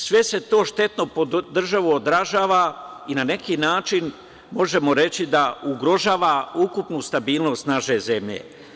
Sve se to štetno po državu odražava i na neki način možemo reći da ugrožava ukupnu stabilnost naše zemlje.